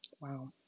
Wow